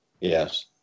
Yes